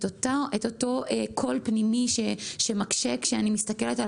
את אותו קול פנימי שמקשה כשאני מסתכלת על